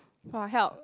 !wah! help